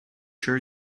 sure